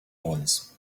bonds